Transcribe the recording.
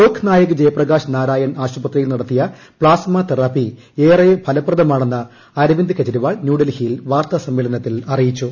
ലോക്നായ്ക് ജയ്പ്രകാശ് നാരായൺ ആശുപത്രിയിൽ നടത്തിയ plasma therapy ഏറെ ഫലപ്രദമാണെന്ന് അരവിന്ദ് കെജ്രിവാൾ ന്യൂഡൽഹിയിൽ ്വാർത്താ സമ്മേളനത്തിൽ അറിയിച്ചു